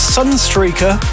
Sunstreaker